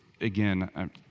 Again